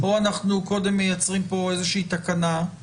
או שאנחנו קודם מייצרים פה איזושהי תקנה, שעכשיו,